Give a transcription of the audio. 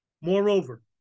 Moreover